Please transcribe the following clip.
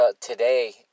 today